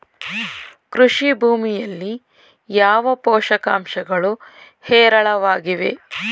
ಕೃಷಿ ಭೂಮಿಯಲ್ಲಿ ಯಾವ ಪೋಷಕಾಂಶಗಳು ಹೇರಳವಾಗಿವೆ?